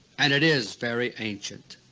and it is very ancient.